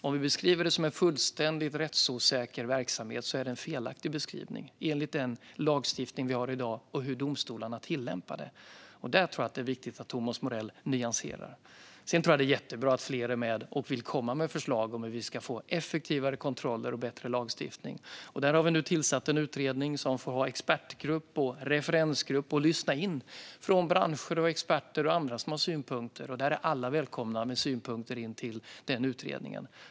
Om vi beskriver den som en fullständigt rättsosäker verksamhet ger vi en felaktig beskrivning - enligt den lagstiftning vi har i dag och hur domstolarna tillämpar den. Där tror jag att det är viktigt att Thomas Morell nyanserar sig. Sedan tror jag att det är jättebra att fler är med och vill komma med förslag om hur vi ska få effektivare kontroller och bättre lagstiftning. Vi har nu tillsatt en utredning som får vara expertgrupp och referensgrupp och som får lyssna på branscher, experter och andra som har synpunkter. Alla är välkomna med synpunkter in till den utredningen.